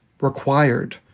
required